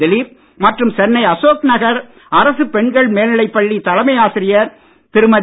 திலீப் மற்றும் சென்னை அசோக் நகர் அரசு பெண்கள் மேல்நிலைப் பள்ளி தலைமை ஆசிரியர் திருமதி